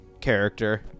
character